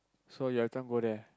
so you every time go there